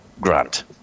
Grant